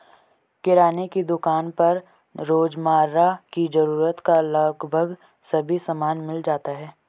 किराने की दुकान पर रोजमर्रा की जरूरत का लगभग सभी सामान मिल जाता है